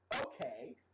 okay